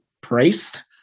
priest